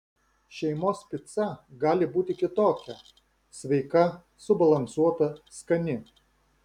šeimos pica gali būti kitokia sveika subalansuota skani